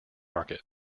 market